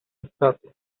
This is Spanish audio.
estatuas